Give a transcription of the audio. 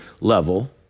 level